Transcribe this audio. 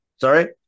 sorry